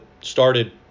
started